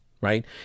Right